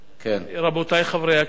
רבותי חברי הכנסת,